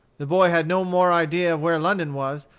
the boy had no more idea of where london was,